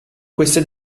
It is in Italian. queste